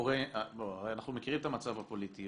הרי אנחנו מכירים את המצב הפוליטי,